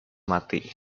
mati